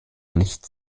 nichts